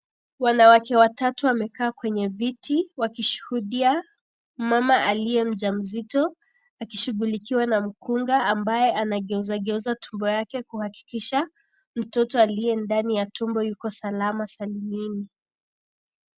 Wanawake watatu wamekaa kwenye viti, wakishuhudia mama aliye mjamzito akishughulikiwa na mkunga ambaye, anageuzageuza tumbo yake kuhakikisha mtoto aliye ndani ya tumbo yuko salama salimini.